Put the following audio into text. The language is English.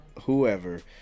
whoever